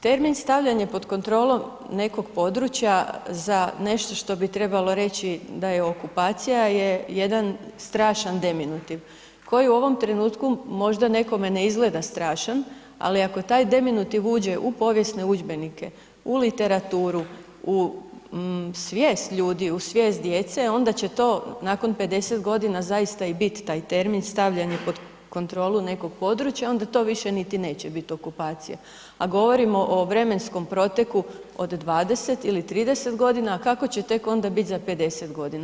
Termin stavljanje pod kontrolom nekog područja za nešto što bi trebalo reći da je okupacija je jedan strašan deminutiv koji u ovom trenutku možda nekome ne izgleda strašan, ali ako taj deminutiv uđe u povijesne udžbenike, u literaturu, u svijest ljudi, u svijest djece onda će to nakon 50 godina zaista i bit taj termin stavljanje pod kontrolu nekog područja onda to više niti neće biti okupacija, a govorimo o vremenskom proteku od 20 ili 30 godina, a kako će tek onda biti za 50 godina.